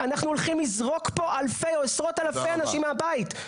אנחנו הולכים לזרוק פה אלפי או עשרות אלפי אנשים מהבית.